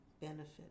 benefit